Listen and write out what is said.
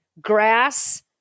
grass